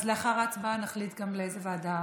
אז לאחר ההצבעה נחליט גם לאיזו ועדה